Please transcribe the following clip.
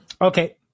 Okay